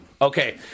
Okay